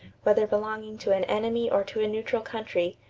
whether belonging to an enemy or to a neutral country,